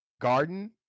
Garden